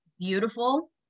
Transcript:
Beautiful